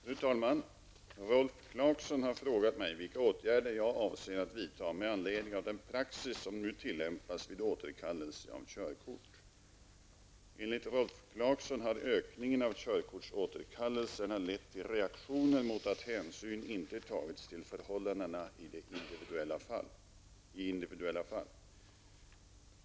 Fru talman! Rolf Clarkson har frågat mig vilka åtgärder jag avser att vidta med anledning av den praxis som nu tillämpas vid återkallelse av körkort. Enligt Rolf Clarkson har ökningen av körkortsåterkallelserna lett till reaktioner mot att hänsyn inte tagits till förhållandena i individuella fall.